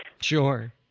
Sure